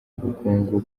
bukungu